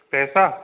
पैसा